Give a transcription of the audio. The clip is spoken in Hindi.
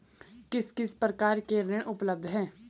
किस किस प्रकार के ऋण उपलब्ध हैं?